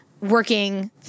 working